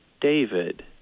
David